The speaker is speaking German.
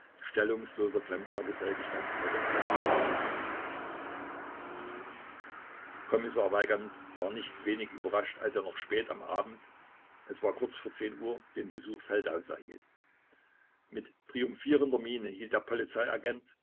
stellungsloser klempnergesell gestanden hätte an ihm wahrgenommen kommissar weigand war nicht wenig überrascht als er noch spät am abend es war kurz vor uhr den besuch feldaus erhielt mit triumphierender miene hielt der